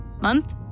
month